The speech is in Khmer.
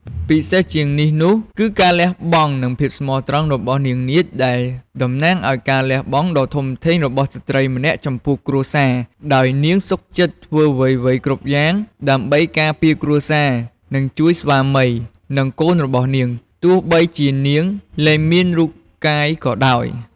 ពិសេសជាងនេះនោះគឺការលះបង់ និងភាពស្មោះត្រង់របស់នាងនាថដែលតំណាងឱ្យការលះបង់ដ៏ធំធេងរបស់ស្ត្រីម្នាក់ចំពោះគ្រួសារ ដោយនាងសុខចិត្តធ្វើអ្វីៗគ្រប់យ៉ាងដើម្បីការពារគ្រួសារ និងជួយស្វាមី និងកូនរបស់នាង ទោះបីជានាងលែងមានរូបកាយក៏ដោយ ។